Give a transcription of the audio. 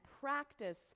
practice